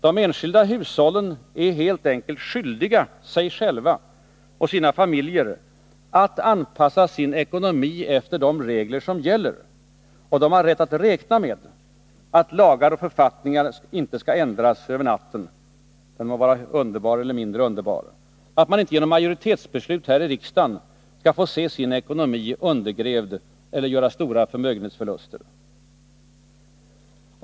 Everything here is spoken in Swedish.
De enskilda hushållen är helt enkelt skyldiga sig själva och sina familjer att anpassa sin ekonomi efter de regler som gäller. De har rätt att räkna med att lagar och författningar inte skall ändras över natten — den må vara mer eller mindre underbar. Och de har rätt att räkna med att inte genom majoritetsbeslut i riksdagen få sin ekonomi undergrävd eller göra stora förmögenhetsförluster.